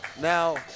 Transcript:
Now